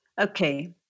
Okay